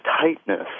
tightness